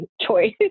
choice